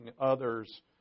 others